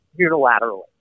unilaterally